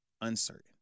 uncertain